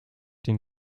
den